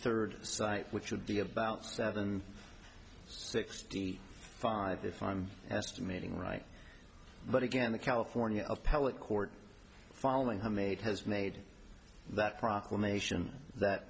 third site which would be about seven sixty five if i'm estimating right but again the california appellate court following her made has made that proclamation that